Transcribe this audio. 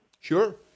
Sure